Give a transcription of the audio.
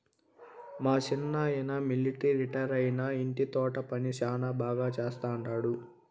మా సిన్నాయన మిలట్రీ రిటైరైనా ఇంటి తోట పని శానా బాగా చేస్తండాడు